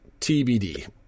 TBD